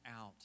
out